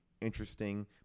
interesting